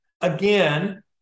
Again